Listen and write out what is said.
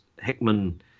Hickman